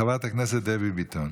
חברת הכנסת דבי ביטון.